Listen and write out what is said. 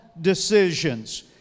decisions